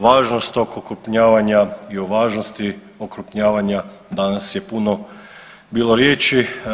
Važnost tog okrupnjavanja i o važnosti okrupnjavanja danas je puno bilo riječi.